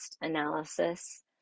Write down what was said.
analysis